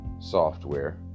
software